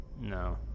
No